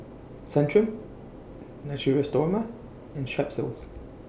Centrum Natura Stoma and Strepsils